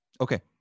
Okay